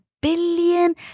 billion